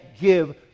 give